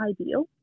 ideal